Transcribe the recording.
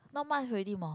not much ready mah